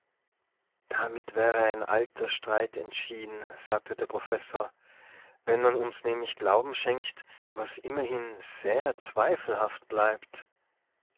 damit wäre ein alter streit entschieden sagte der professor wenn man uns nämlich glauben schenkt was immerhin sehr zweifelhaft bleibt